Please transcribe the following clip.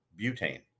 butane